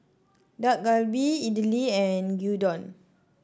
Dak Galbi Idili and Gyudon